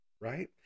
Right